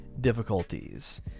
difficulties